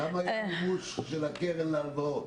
גם היה מימוש קרן הלוואות.